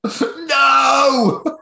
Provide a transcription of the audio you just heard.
No